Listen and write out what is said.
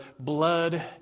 blood